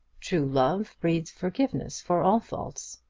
true love breeds forgiveness for all faults.